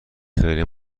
خیلی